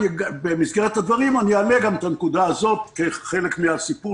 במסגרת הדברים אני אעלה גם את הנקודה הזאת כחלק מן הסיפור